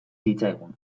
zitzaigun